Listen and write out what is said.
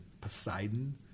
Poseidon